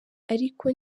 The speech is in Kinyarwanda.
ariko